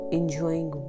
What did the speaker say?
enjoying